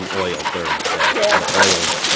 and oil third still. yeah but oil, so